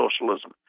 socialism